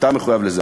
אתה מחויב לזה,